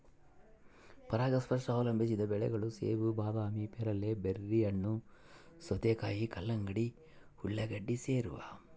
ಪರಾಗಸ್ಪರ್ಶ ಅವಲಂಬಿಸಿದ ಬೆಳೆಗಳು ಸೇಬು ಬಾದಾಮಿ ಪೇರಲೆ ಬೆರ್ರಿಹಣ್ಣು ಸೌತೆಕಾಯಿ ಕಲ್ಲಂಗಡಿ ಉಳ್ಳಾಗಡ್ಡಿ ಸೇರವ